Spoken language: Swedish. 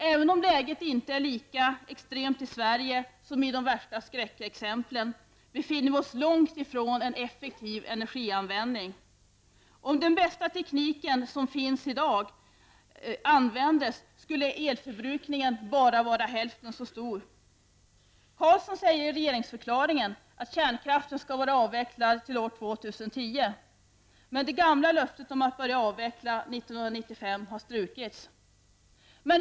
Även om läget inte är lika extremt i Sverige som när det gäller de värsta skräckexemplen, befinner vi oss långt ifrån en effektiv energianvändning. Om den bästa teknik som finns i dag användes, skulle elförbrukningen bara vara hälften så stor. Ingvar Carlsson säger i regeringsförklaringen att kärnkraften skall vara avvecklad till år 2010. Men det gamla löftet om att börja avveckla 1995 har strukits.